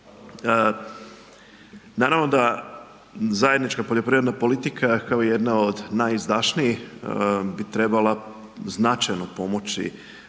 Naravno da zajednička poljoprivredna politika kao jedna od najizdašnijih bi trebala značajno pomoći